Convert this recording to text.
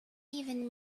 even